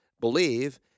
believe